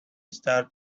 start